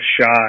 shot